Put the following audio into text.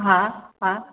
हा हा